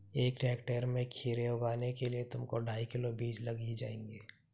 एक हेक्टेयर में खीरे उगाने के लिए तुमको ढाई किलो बीज लग ही जाएंगे